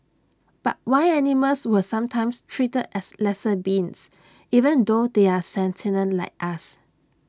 but why animals were sometimes treated as lesser beings even though they are sentient like us